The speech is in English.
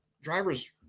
driver's